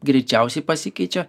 greičiausiai pasikeičia